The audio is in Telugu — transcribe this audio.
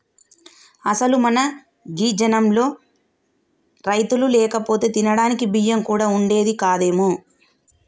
అసలు మన గీ జనంలో రైతులు లేకపోతే తినడానికి బియ్యం కూడా వుండేది కాదేమో